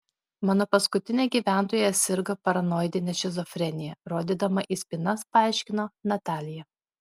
mano paskutinė gyventoja sirgo paranoidine šizofrenija rodydama į spynas paaiškino natalija